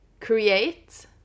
create